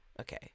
Okay